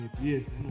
yes